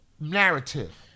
narrative